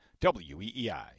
WEEI